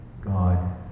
God